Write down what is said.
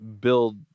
build